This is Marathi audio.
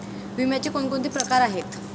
विम्याचे कोणकोणते प्रकार आहेत?